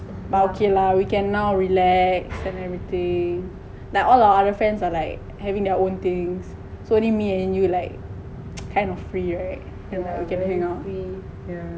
but okay lah we can now relax and everything like all our other friends are like having their own things so only me and you like kind of free right and you can hang out yeah